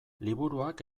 liburuak